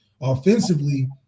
offensively